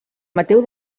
mateu